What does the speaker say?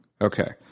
Okay